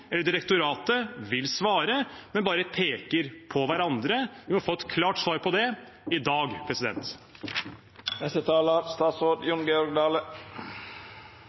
eller direktoratet vil svare – bare peker på hverandre? Vi må få et klart svar på det i dag.